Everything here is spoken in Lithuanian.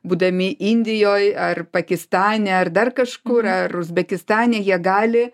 būdami indijoj ar pakistane ar dar kažkur ar uzbekistane jie gali